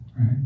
right